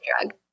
drug